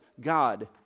God